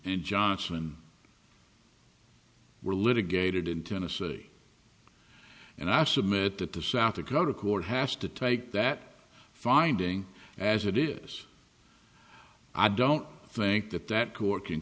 and johnson were litigated in tennessee and i submit that the south dakota court has to take that finding as it is i don't think that that court can